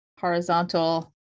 horizontal